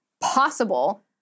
possible